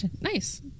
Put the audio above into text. nice